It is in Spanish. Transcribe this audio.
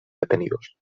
detenidos